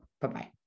Bye-bye